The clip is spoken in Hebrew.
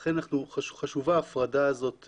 לכן חשובה ההפרדה הזאת,